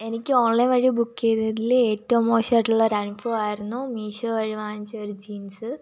എനിക്ക് ഓൺലൈൻ വഴി ബുക്ക് ചെയ്തതിൽ ഏറ്റവും മോശമായിട്ടുള്ള ഒരു അനുഭവമായിരുന്നു മീശോ വഴി വാങ്ങിച്ച ഒരു ജീൻസ്